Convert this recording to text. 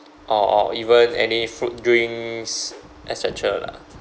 or or even any fruit drinks et cetera lah